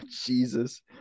Jesus